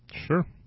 Sure